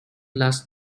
last